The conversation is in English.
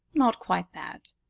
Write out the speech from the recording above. not quite that.